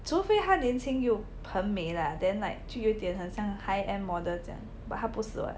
除非她年轻又很美 lah then like 就有点很像 high-end model 这样 but 她不适合